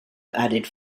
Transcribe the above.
added